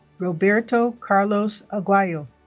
roberto carlos aguayo